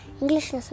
English